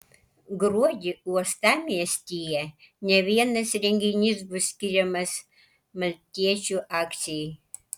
gruodį uostamiestyje ne vienas renginys bus skiriamas maltiečių akcijai